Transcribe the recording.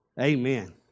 Amen